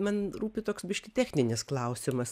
man rūpi toks biškį techninis klausimas